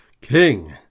king